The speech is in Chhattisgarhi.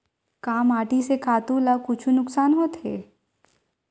का माटी से खातु ला कुछु नुकसान होथे?